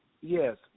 Yes